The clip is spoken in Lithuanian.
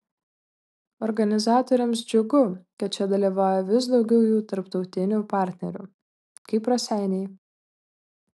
organizatoriams džiugu kad čia dalyvauja vis daugiau jų tarptautinių partnerių kaip raseiniai